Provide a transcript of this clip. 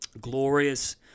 glorious